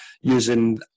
using